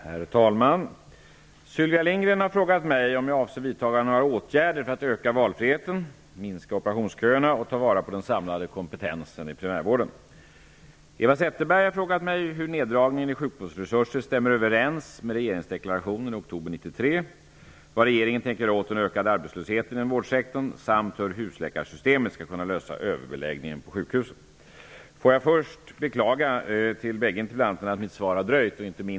Herr talman! Sylvia Lindgren har frågat mig om jag avser vidtaga några åtgärder för att öka valfriheten, minska operationsköerna och ta vara på den samlade kompetensen i primärvården. Eva Zetterberg har frågat mig hur neddragningen i sjukvårdsresurser stämmer överens med regeringsdeklarationen i oktober 1993, vad regeringen tänker göra åt den ökande arbetslösheten inom vårdsektorn samt hur husläkarsystemet skall kunna lösa överbeläggningen på sjukhusen. Låt mig först beklaga för båda interpellanterna att mitt svar har dröjt.